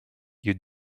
you